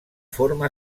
forma